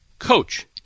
coach